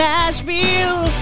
Nashville